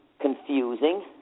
confusing